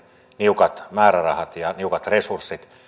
niukat määrärahat ja niukat resurssit